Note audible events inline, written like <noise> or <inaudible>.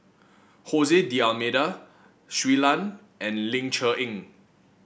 <unintelligible> D'Almeida Shui Lan and Ling Cher Eng